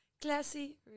Classy